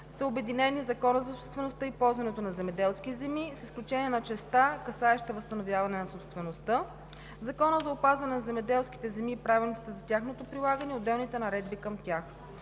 обединени Законът за собствеността и ползването на земеделските земи, с изключение на частта, касаеща възстановяване на собствеността, Законът за опазване на земеделските земи, правилниците за тяхното прилагане и отделните наредби към тях.